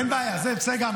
אין בעיה, זה בסדר.